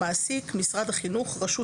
"מעסיק"- משרד החינוך, רשות